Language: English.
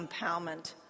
empowerment